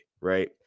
right